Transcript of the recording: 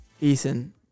Ethan